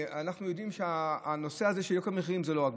ואנחנו יודעים שהנושא הזה של יוקר המחירים הוא לא בזה.